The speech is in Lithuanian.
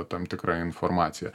tam tikra informacija